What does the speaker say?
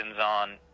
on